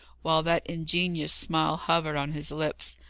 while that ingenuous smile hovered on his lips.